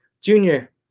Junior